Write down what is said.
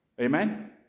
Amen